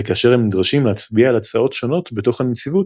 וכאשר הם נדרשים להצביע על הצעות שונות בתוך הנציבות,